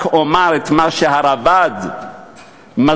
רק אומר מה שהראב"ד מסביר.